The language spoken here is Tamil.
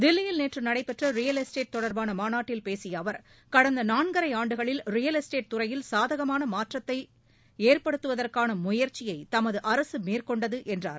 தில்லியில் நேற்று நடைபெற்ற ரியல் எஸ்ட்டேட் தொடர்பான மாநாட்டில் பேசிய அவர் கடந்த நான்கரை ஆண்டுகளில் ரியல் எஸ்ட்டேட் துறையில் சாதகமான மாற்றத்தை ஏற்படுத்துவதற்கான முயற்சியை தமது அரசு மேற்கொண்டது என்றார்